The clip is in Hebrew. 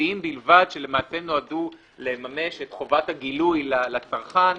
בסיסיים בלבד, שנועדו לממש את חובת הגילוי לצרכן,